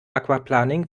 aquaplaning